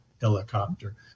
helicopter